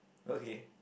okay